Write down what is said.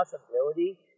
possibility